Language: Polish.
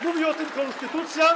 Mówi o tym konstytucja.